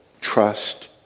Trust